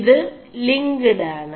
ഇത് ലി ിട് ആണ്